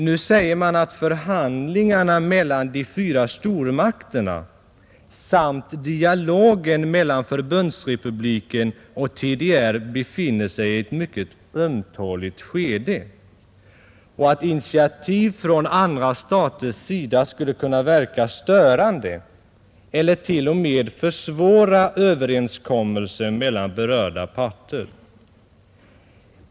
Nu säger man att förhandlingarna mellan de fyra stormakterna samt dialogen mellan förbundsrepubliken och TDR befinner sig i ett mycket ömtåligt skede och att initiativ från andra staters sida skulle kunna verka störande eller t.o.m. försvåra överenskommelser mellan berörda parter.